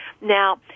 Now